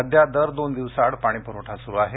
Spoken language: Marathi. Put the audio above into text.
सध्या दर दोन दिवसाआड पाणी पुरवठा सुरू आहे